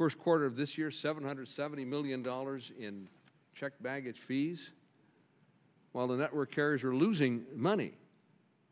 first quarter of this year seven hundred seventy million dollars in checked baggage fees while the network carriers are losing money